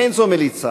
אין זו מליצה.